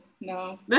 No